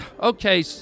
Okay